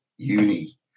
uni